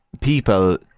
people